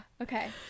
Okay